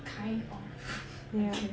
kind of I guess